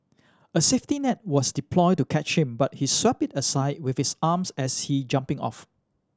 a safety net was deployed to catch him but he swept it aside with his arms as he jumping off